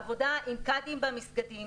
עבודה עם קאדים במסגדים,